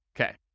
Okay